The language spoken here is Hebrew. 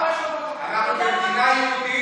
זה לא קשור, אנחנו יכולים גם לאהוב.